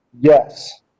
Yes